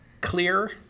clear